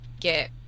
get